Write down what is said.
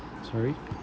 sorry